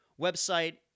website